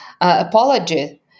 apology